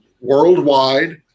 worldwide